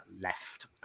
left